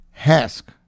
Hask